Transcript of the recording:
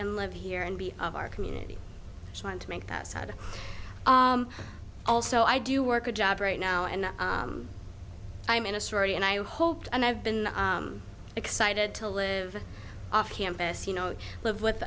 and live here and be of our community trying to make that side also i do work a job right now and i'm in a sorority and i hope and i've been excited to live off campus you know live with